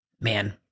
Man